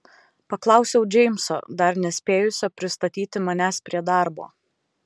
paklausiau džeimso dar nespėjusio pristatyti manęs prie darbo